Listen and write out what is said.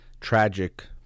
tragic